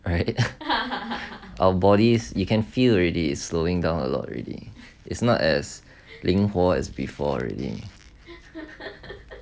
right our bodies you can feel already slowing down a lot already it's not as 灵活 as before already